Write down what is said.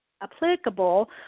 applicable